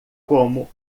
como